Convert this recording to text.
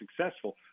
successful